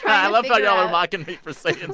i love how y'all are mocking me for saying and